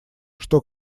что